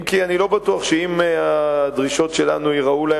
אם כי אני לא בטוח שאם הדרישות שלנו ייראו להם